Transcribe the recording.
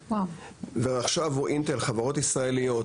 ועכשיו --- חברות ישראליות,